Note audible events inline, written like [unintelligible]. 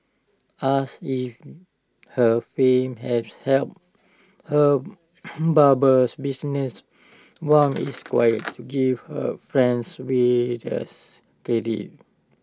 asked if her fame has helped her [noise] barber business Wang [noise] is quick to give her friends way [unintelligible] credit